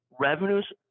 revenues